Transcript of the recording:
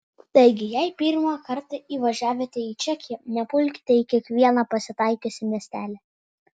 taigi jei pirmą kartą įvažiavote į čekiją nepulkite į kiekvieną pasitaikiusį miestelį